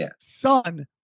son